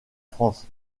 france